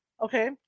okay